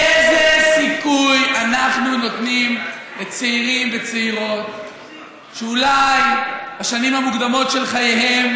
איזה סיכוי אנחנו נותנים לצעירים וצעירות שאולי בשנים המוקדמות של חייהם